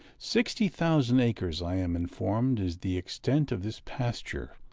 sixty thousand acres, i am informed, is the extent of this pasture,